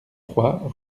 trois